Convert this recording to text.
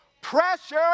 Pressure